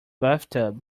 bathtub